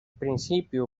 principio